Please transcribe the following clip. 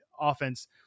offense